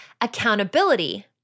accountability